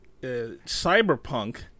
Cyberpunk